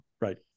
Right